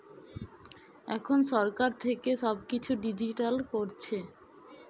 এখন সরকার থেকে সব কিছু ডিজিটাল করছে